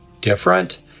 different